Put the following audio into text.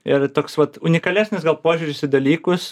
ir toks vat unikalesnis gal požiūris į dalykus